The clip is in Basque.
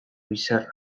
bizarra